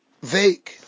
vague